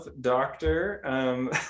doctor